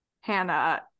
Hannah